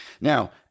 Now